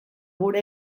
gure